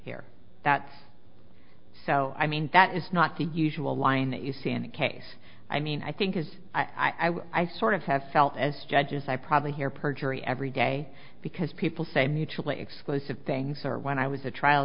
here that's so i mean that is not the usual line that you see in the case i mean i think is i sort of have felt as judges i probably hear perjury every day because people say mutually exclusive things or when i was a trial